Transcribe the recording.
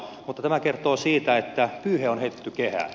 mutta tämä kertoo siitä että pyyhe on heitetty kehään